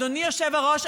אדוני היושב-ראש,